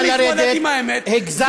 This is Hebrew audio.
נא לרדת מהדוכן.